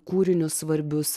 kūrinius svarbius